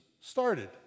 started